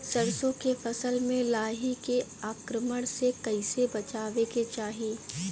सरसो के फसल पर लाही के आक्रमण से कईसे बचावे के चाही?